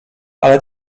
ale